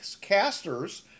casters